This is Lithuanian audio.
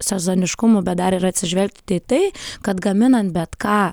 sezoniškumu bet dar ir atsižvelgti į tai kad gaminant bet ką